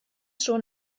schon